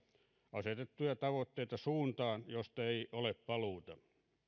asetettuja tavoitteita suuntaan josta ei ole paluuta